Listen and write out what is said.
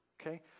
okay